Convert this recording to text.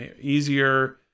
easier